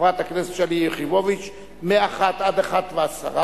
חברת הכנסת שלי יחימוביץ מ-13:00 עד 13:10,